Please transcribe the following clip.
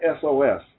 SOS